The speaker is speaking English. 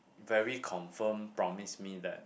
very confirm promise me that